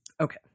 Okay